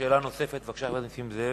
שאלה נוספת לחבר הכנסת נסים זאב.